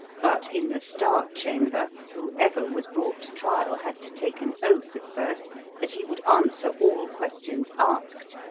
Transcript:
but in the star chamber, whoever was brought to trial had to take an oath at first that he would answer all questions asked,